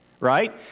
Right